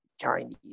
Chinese